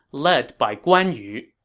led by guan yu.